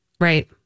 Right